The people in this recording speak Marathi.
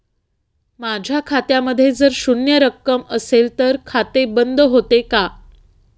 माझ्या खात्यामध्ये जर शून्य रक्कम असेल तर खाते बंद होते का?